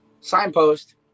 signpost